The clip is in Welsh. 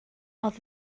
oedd